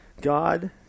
God